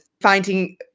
finding